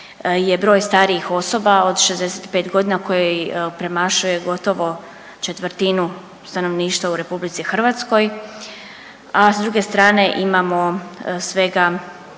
je broj starijih osoba od 65 godina koji premašuje gotovo četvrtinu stanovništva u RH, a s druge strane imamo svega